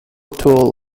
tool